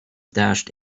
dashed